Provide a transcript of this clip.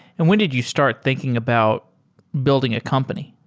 and when did you start thinking about building a company?